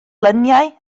luniau